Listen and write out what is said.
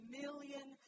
million